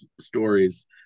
stories